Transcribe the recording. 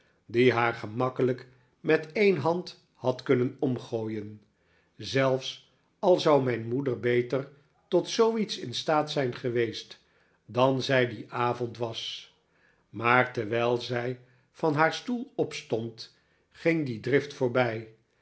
die haar gemakkelijk met een hand had kunnen omgooien zelfs al zou mijn moeder beter tot zoo iets in staat zijn geweest dan zij dien ayond was maar terwijl zij van haar stoel opstond ging die drift voorbij